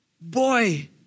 boy